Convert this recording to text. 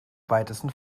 weitesten